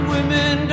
Women